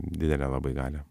didelę labai galią